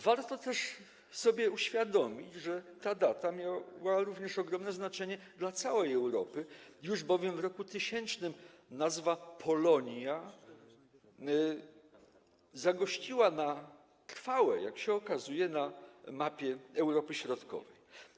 Warto też sobie uświadomić, że ta data miała również ogromne znaczenie dla całej Europy, już bowiem w roku 1000 nazwa „Polonia” zagościła na trwałe, jak się okazuje, na mapie Europy Środkowej.